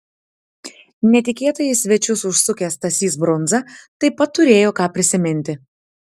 netikėtai į svečius užsukęs stasys brundza taip pat turėjo ką prisiminti